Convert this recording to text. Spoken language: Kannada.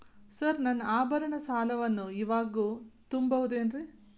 ಸರ್ ನನ್ನ ಆಭರಣ ಸಾಲವನ್ನು ಇವಾಗು ತುಂಬ ಬಹುದೇನ್ರಿ?